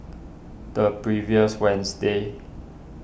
the previous Wednesday